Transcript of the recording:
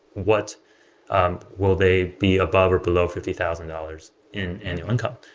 what um will they be above or below fifty thousand dollars in annual income?